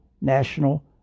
national